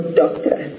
doctor